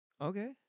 Okay